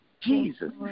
Jesus